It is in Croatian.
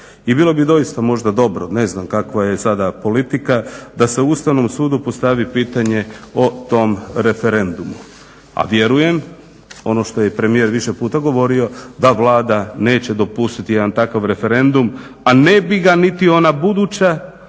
I bilo bi doista možda dobro, ne znam kakva je sada politika, da se Ustavnom sudu postavi pitanje o tom referendumu. A vjerujem ono što je i premijer više puta govorio da Vlada neće dopustiti jedan takav referendum a ne bi ga niti ona buduća